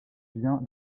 bien